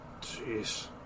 Jeez